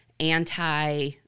anti